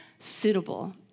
suitable